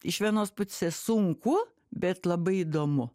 iš vienos pusės sunku bet labai įdomu